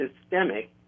systemic